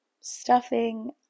Stuffing